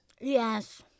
Yes